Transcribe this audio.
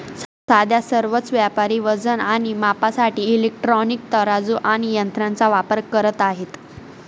सध्या सर्वच व्यापारी वजन आणि मापासाठी इलेक्ट्रॉनिक तराजू आणि यंत्रांचा वापर करत आहेत